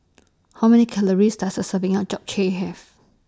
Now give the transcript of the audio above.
How Many Calories Does A Serving of Japchae Have